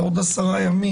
לעוד 10 ימים,